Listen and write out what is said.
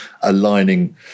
aligning